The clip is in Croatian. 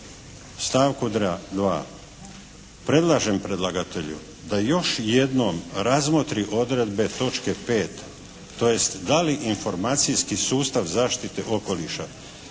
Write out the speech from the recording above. stavku 2. predlažem predlagatelju da još jednom razmotri odredbe točke 5., tj. da li informacijski sustav zaštite okoliša